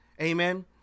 Amen